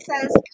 says